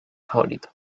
favorito